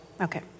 Okay